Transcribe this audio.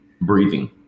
breathing